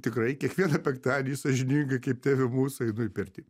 tikrai kiekvieną penktadienį sąžiningai kaip tėve mūsų einu į pirtį